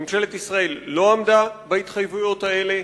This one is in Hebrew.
ממשלת ישראל לא עמדה בהתחייבויות האלה.